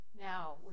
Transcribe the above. now